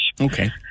Okay